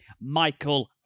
Michael